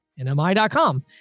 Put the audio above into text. NMI.com